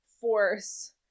force